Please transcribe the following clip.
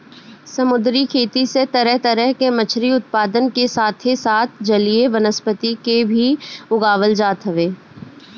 समुंदरी खेती से तरह तरह के मछरी उत्पादन के साथे साथ जलीय वनस्पति के भी उगावल जात हवे